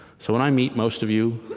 so when i meet most of you,